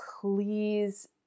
please